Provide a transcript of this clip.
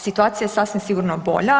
Situacija je sasvim sigurno bolja.